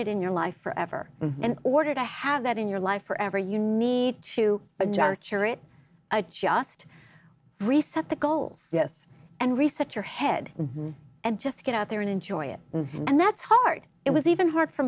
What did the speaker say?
it in your life forever and order to have that in your life forever you need to but just share it just reset the goals yes and reset your head and just get out there and enjoy it and that's hard it was even hard for